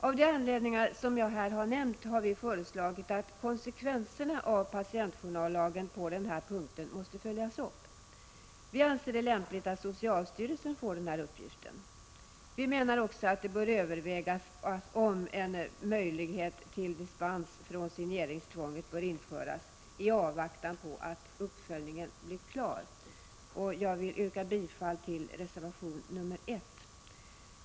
Av de anledningar som jag här har nämnt har vi föreslagit att konsekvenserna av patientjournallagen på den här punkten måste följas upp. Vi anser det lämpligt att socialstyrelsen får denna uppgift. Vi menar också att det bör övervägas om en möjlighet till dispens från signeringstvånget kan införas i avvaktan på att uppföljningen blir klar. Jag yrkar bifall till reservation nr 1.